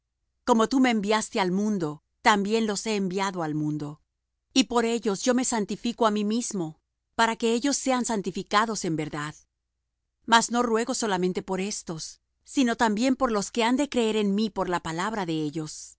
como tú me enviaste al mundo también los he enviado al mundo y por ellos yo me santifico á mí mismo para que también ellos sean santificados en verdad mas no ruego solamente por éstos sino también por los que han de creer en mí por la palabra de ellos